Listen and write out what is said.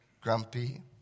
grumpy